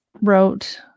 wrote